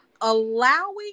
allowing